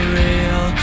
real